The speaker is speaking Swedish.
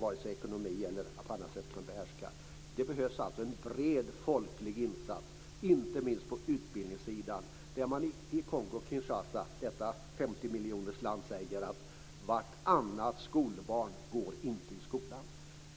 vare sig har ekonomi att eller på annat sätt förmår att behärska. Det behövs alltså en bred folklig insats inte minst på utbildningssidan. I Kongo-Kinshasa - detta femtiomiljonersland - går vartannat skolbarn inte i skolan.